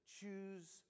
choose